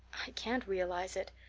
can't realize it.